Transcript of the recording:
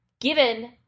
given